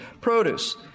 produce